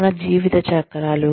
మన జీవిత చక్రాలు